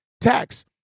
tax